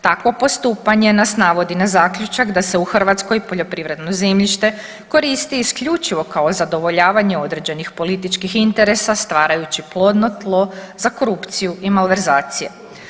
Takvo postupanje nas navodi na zaključak da se u Hrvatskoj poljoprivredno zemljište koristi isključivo kao zadovoljavanje određenih političkih interesa stvarajući plodno tlo za korupciju i malverzacije.